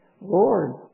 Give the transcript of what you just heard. Lord